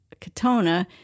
Katona